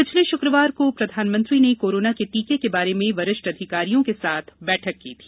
पिछले शुक्रवार को प्रधानमंत्री ने कोरोना के टीके के बारे में वरिष्ठ अधिकारियों के साथ बैठक की थी